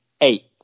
eight